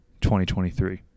2023